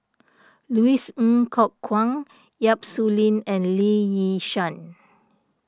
Louis Ng Kok Kwang Yap Su Yin and Lee Yi Shyan